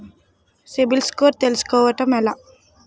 CIBIL score తెల్సుకోటం ఎలా?